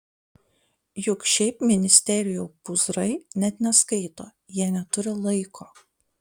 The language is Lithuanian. juk šiaip ministerijų pūzrai net neskaito jie neturi laiko